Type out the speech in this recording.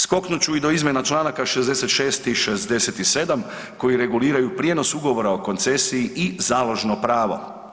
Skoknut ću i do izmjena članaka 66. i 67. koji reguliraju prijenos ugovora o koncesiji i založno pravo.